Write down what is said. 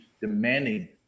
demanding